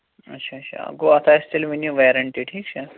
اَچھا اَچھا گوٚو اَتھ آسہِ تیٚلہِ وُنہِ ویرَنٹی ٹھیٖک چھا